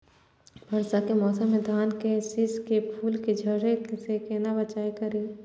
वर्षा के मौसम में धान के शिश के फुल के झड़े से केना बचाव करी?